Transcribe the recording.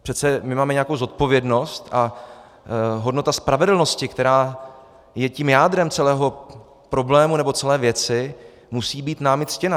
Přece my máme nějakou zodpovědnost a hodnota spravedlnosti, která je tím jádrem celého problému nebo celé věci, musí být námi ctěna.